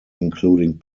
including